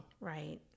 Right